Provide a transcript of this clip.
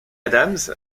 adams